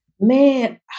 Man